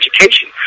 education